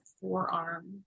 forearm